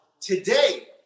Today